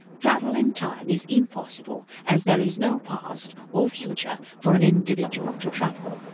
travel in time is impossible as there is no past or future for an individual to travel.